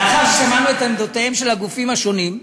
לאחר ששמענו את עמדותיהם של הגופים השונים,